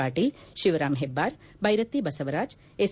Patil Shivaram Hebbar Byrathi Basavaraj S